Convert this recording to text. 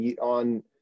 on